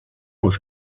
was